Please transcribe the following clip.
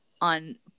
on